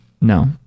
No